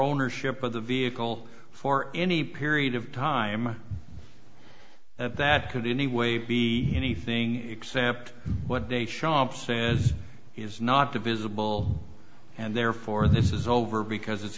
ownership of the vehicle for any period of time that could in any way be anything except what they shops and is not divisible and therefore this is over because it's